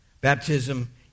Baptism